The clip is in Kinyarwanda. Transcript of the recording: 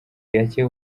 gacye